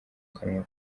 kanwa